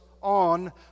on